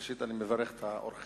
ראשית אני מברך את האורחים